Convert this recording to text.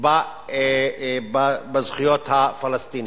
בזכויות הפלסטינים.